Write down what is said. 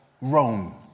Rome